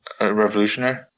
revolutionary